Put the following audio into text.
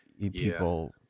people